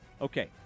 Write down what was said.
Okay